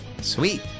Sweet